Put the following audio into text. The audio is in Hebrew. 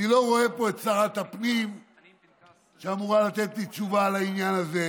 אני לא רואה פה את שרת הפנים שאמורה לתת לי תשובה על העניין הזה.